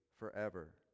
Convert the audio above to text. forever